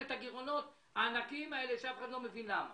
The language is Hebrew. את הגירעונות הענקיים האלה שאף אחד לא מבין למה.